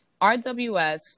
rws